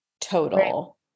total